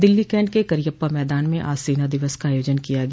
Delhi cantt के करियप्पा मैदान में आज सेना दिवस का आयोजन किया गया